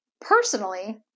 Personally